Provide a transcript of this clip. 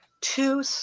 two